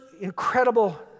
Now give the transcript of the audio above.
incredible